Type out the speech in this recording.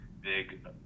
big